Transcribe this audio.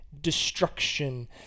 destruction